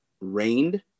rained